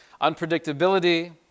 Unpredictability